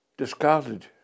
discarded